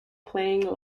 playing